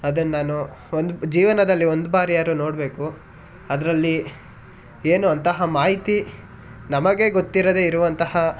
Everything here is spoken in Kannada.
ಅದನ್ನು ನಾನು ಒಂದು ಜೀವನದಲ್ಲಿ ಒಂದು ಬಾರಿಯಾದ್ರು ನೋಡಬೇಕು ಅದರಲ್ಲಿ ಏನು ಅಂತಹ ಮಾಹಿತಿ ನಮಗೆ ಗೊತ್ತಿರದೆ ಇರುವಂತಹ